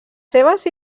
seves